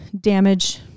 damage